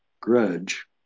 grudge